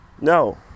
No